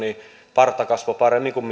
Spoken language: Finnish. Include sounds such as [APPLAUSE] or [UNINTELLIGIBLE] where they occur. parta kasvoi paremmin kuin [UNINTELLIGIBLE]